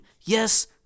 Yes